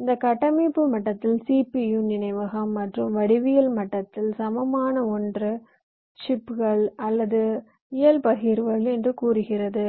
இந்த கட்டமைப்பு மட்டத்தில் CPU நினைவகம் மற்றும் வடிவியல் மட்டத்தில் சமமான ஒன்று சிப்கள் அல்லது இயல் பகிர்வுகள் என்று கூறுகிறது